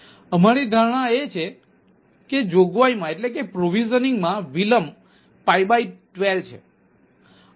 તેથી અમારી ધારણા એ છે કે જોગવાઈમાં વિલંબ 12 છે અને ન્યૂનતમ માંગ 0 છે